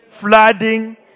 flooding